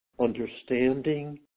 understanding